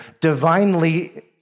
divinely